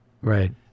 Right